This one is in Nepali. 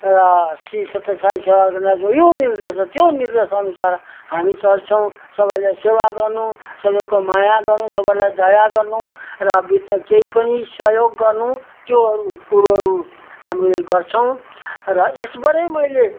र श्री सत्य साई सेवा अर्गनाइजमा यो निर्देश छ त्यो निर्देश अनुसार हामी चल्छौँ सबैलाई सेवा गर्नु सबैलाई माया गर्नु सबैलाई दया गर्नु र भित्र केही पनि सहयोग गर्नु त्योहरू कुरोहरू हामीले गर्छौँ र यसबाटै मैले